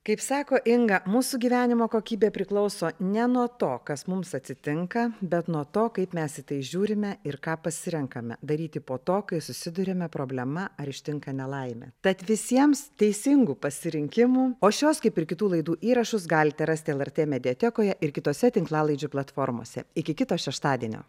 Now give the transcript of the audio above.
kaip sako inga mūsų gyvenimo kokybė priklauso ne nuo to kas mums atsitinka bet nuo to kaip mes į tai žiūrime ir ką pasirenkame daryti po to kai susiduriame problema ar ištinka nelaimė tad visiems teisingų pasirinkimų o šios kaip ir kitų laidų įrašus galite rasti lrt mediatekoje ir kitose tinklalaidžių platformose iki kito šeštadienio